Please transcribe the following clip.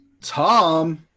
tom